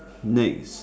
next